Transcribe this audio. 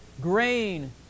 grain